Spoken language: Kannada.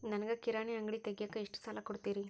ನನಗ ಕಿರಾಣಿ ಅಂಗಡಿ ತಗಿಯಾಕ್ ಎಷ್ಟ ಸಾಲ ಕೊಡ್ತೇರಿ?